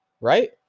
right